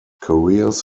careers